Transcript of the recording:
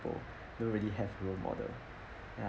don't really have role model ya